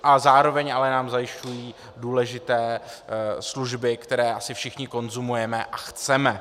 A zároveň ale nám zajišťují důležité služby, které asi všichni konzumujeme a chceme.